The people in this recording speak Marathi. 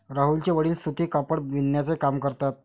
राहुलचे वडील सूती कापड बिनण्याचा काम करतात